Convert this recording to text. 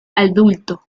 adulto